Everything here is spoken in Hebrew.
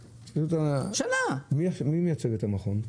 מי מייצג את המכון?